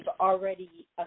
already